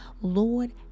Lord